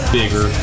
bigger